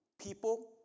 People